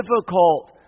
difficult